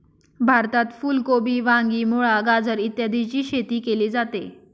भारतात फुल कोबी, वांगी, मुळा, गाजर इत्यादीची शेती केली जाते